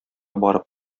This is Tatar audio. барып